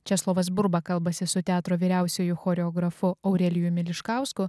česlovas burba kalbasi su teatro vyriausiuoju choreografu aurelijumi liškausku